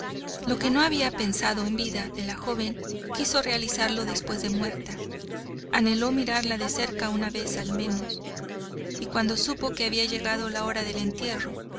lo que no había pensado en vida de la joven quiso realizarlo después de muerta anheló mirarla de cerca una vez al menos y cuando supo que había llegado la hora del entierro